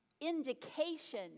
indication